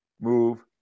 move